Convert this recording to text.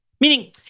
Meaning